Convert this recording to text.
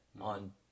on